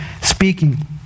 speaking